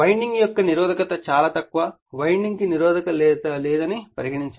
winding యొక్క నిరోధకత చాలా తక్కువ వైండింగ్ కు నిరోధకత లేదని పరిగణించండి